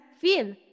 feel